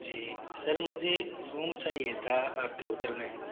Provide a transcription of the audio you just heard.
जी sir मुझे room चाहिए था आपके होटल में